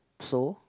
so